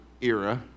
era